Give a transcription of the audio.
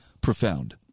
profound